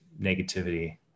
negativity